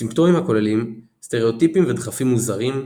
סימפטומים הכוללים "סטריאוטיפים ודחפים מוזרים,